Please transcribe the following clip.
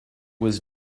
was